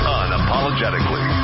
unapologetically